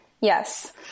Yes